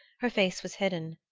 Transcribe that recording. her face was hidden,